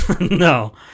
no